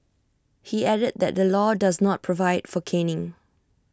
he added that the law does not provide for caning